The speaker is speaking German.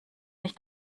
nicht